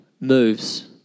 moves